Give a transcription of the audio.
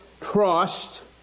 trust